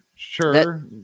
Sure